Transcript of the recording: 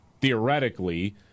theoretically